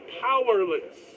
powerless